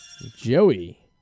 Joey